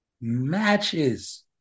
matches